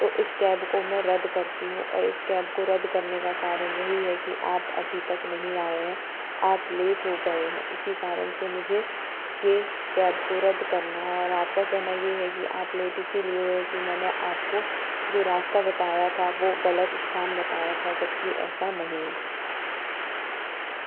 तो मैं इस कैब को मैं रद्द करती हूँ और इस कैब को रद्द करने का कारण यही है कि आप अभी तक नहीं आए हैं आप लेट हो गए हैं इसी कारण से मुझे ये कैब को रद्द करना है और आपका कहना ये है कि आप लेट इसीलिए हुए हैं कि मैंने आपको जो रास्ता बताया था वो गलत स्थान बताया था जबकि ऐसा नहीं है